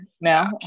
now